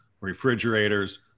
refrigerators